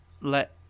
Let